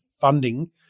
funding